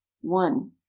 one